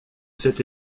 cet